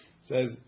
says